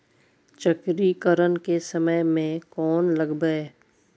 चक्रीकरन के समय में कोन लगबै?